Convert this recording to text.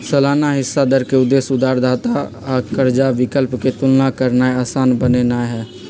सालाना हिस्सा दर के उद्देश्य उधारदाता आ कर्जा विकल्प के तुलना करनाइ असान बनेनाइ हइ